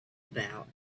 about